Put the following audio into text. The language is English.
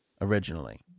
Originally